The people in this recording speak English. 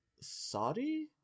Saudi